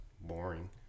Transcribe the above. boring